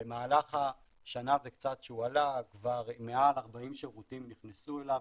במהלך השנה וקצת שהוא עלה כבר מעל 40 שירותים נכנסו אליו,